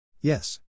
Yes